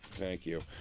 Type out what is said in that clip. thank you.